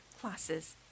classes